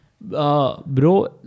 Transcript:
Bro